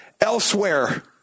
elsewhere